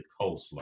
coleslaw